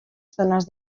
zonas